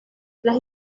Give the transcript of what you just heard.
las